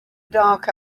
dark